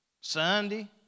Sunday